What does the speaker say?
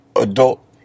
adult